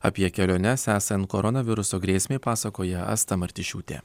apie keliones esant koronaviruso grėsmei pasakoja asta martišiūtė